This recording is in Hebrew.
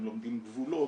הם לומדים גבולות,